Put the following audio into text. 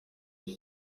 iki